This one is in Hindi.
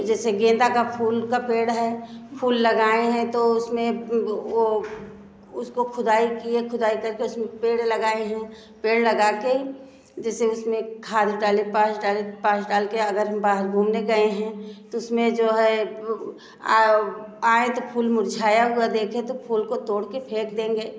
जैसे गेंदा का फूल का पेड़ है फूल लगाए हैं तो उसमें वो उसको खुदाई किए खुदाई करके उसमें पेड़ लगाए हैं पेड़ लगा के जैसे उसमें खाद डाले पांस डाले पांस डाल के अगर हम घूमने गए हैं तो उसमें जो है आए तो फूल मुरझाया हुआ देखे तो फूल को तोड़ के फेंक देंगे